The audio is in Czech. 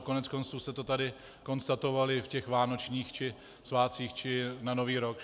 Koneckonců jste to tady konstatovali v těch vánočních svátcích či na Nový rok.